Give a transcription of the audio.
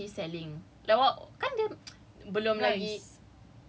oh bukan as in what is he selling like what kan dia